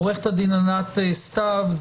עורכת הדין ענת סתיו,